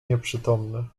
nieprzytomny